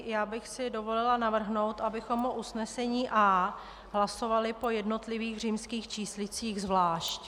Já bych si dovolila navrhnout, abychom o usnesení A hlasovali po jednotlivých římských číslicích zvlášť.